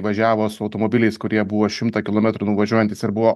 važiavo su automobiliais kurie buvo šimtą kilometrų nuvažiuojantys ir buvo